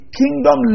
kingdom